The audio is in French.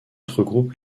regroupe